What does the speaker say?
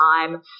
time